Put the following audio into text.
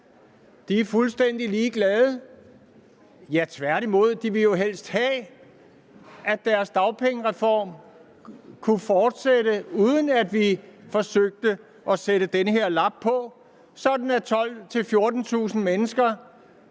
De er fuldstændig ligeglade. Ja, faktisk vil de jo helst have, at deres dagpengereform kunne fortsætte, uden at vi forsøgte at sætte den her lap på, sådan at 12.000-14.000 mennesker